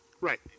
Right